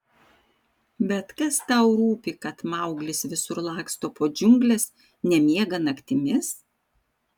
bet kas tau rūpi kad mauglis visur laksto po džiungles nemiega naktimis